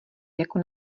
jako